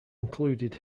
included